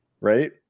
right